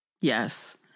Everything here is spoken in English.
Yes